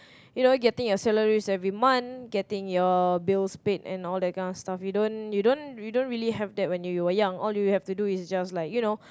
you know getting your salary every month getting your bills paid and all that kind of stuff you don't you don't you don't really have that when you were young all you have to do is just like you know